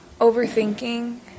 Overthinking